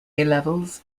levels